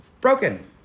broken